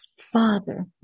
Father